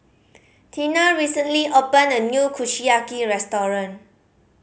Tina recently opened a new Kushiyaki restaurant